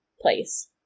place